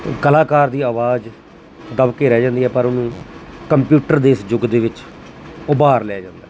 ਕਲਾਕਾਰ ਦੀ ਆਵਾਜ਼ ਦੱਬ ਕੇ ਰਹਿ ਜਾਂਦੀ ਹੈ ਪਰ ਉਹਨੂੰ ਕੰਪਿਊਟਰ ਦੇ ਇਸ ਯੁੱਗ ਦੇ ਵਿੱਚ ਉਭਾਰ ਲਿਆ ਜਾਂਦਾ